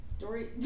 Dory